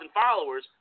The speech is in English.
followers